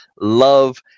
Love